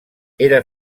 era